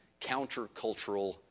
countercultural